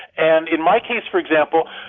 and in my case, for example,